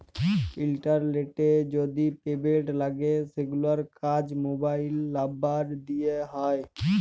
ইলটারলেটে যদি পেমেল্ট লাগে সেগুলার কাজ মোবাইল লামবার দ্যিয়ে হয়